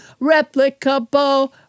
Replicable